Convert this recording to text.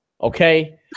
Okay